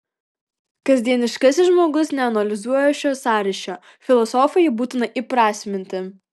kasdieniškasis žmogus neanalizuoja šio sąryšio filosofui jį būtina įprasminti